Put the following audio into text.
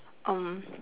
um